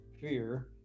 fear